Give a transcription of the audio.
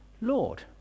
Lord